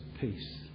peace